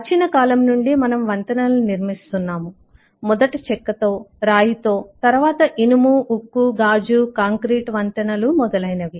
ప్రాచీన కాలం నుండి మనము వంతెనలను నిర్మిస్తున్నాము మొదట చెక్క తో రాయి తో తరువాత ఇనుము ఉక్కు గాజు కాంక్రీట్ వంతెనలు మొదలైనవి